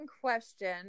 question